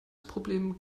problem